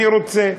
אני רוצה.